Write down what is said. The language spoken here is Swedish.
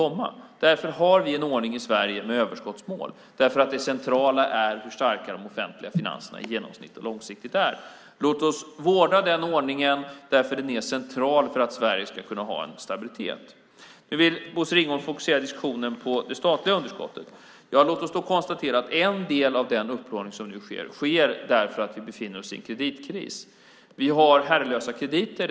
Därför har vi en ordning i Sverige med överskottsmål. Det centrala är hur starka de offentliga finanserna i genomsnitt och långsiktigt är. Låt oss vårda den ordningen. Den är central för att Sverige ska kunna ha en stabilitet. Nu vill Bosse Ringholm fokusera diskussionen på det statliga underskottet. Låt oss då konstatera att en del av upplåningen nu sker därför att vi befinner oss i en kreditkris. Vi har herrelösa krediter.